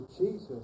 Jesus